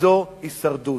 והיא הישרדות.